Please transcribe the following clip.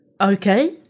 okay